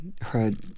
heard